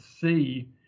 see